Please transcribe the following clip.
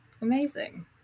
Amazing